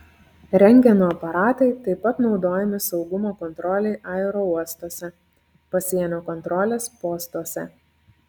rentgeno aparatai taip pat naudojami saugumo kontrolei aerouostuose pasienio kontrolės postuose